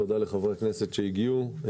תודה לחברי הכנסת שהגיעו.